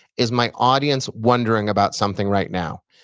is my audience wondering about something right now?